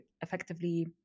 effectively